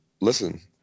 listen